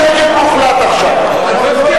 שקט מוחלט עכשיו.